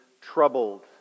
troubled